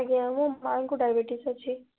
ଆଜ୍ଞା ମୋ ମାଆଙ୍କୁ ଡାଇବେଟିସ୍ ଅଛି